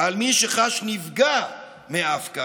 על מי שחש נפגע מההפקרה.